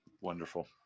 Wonderful